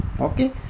okay